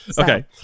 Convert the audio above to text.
Okay